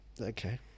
Okay